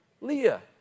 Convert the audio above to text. Leah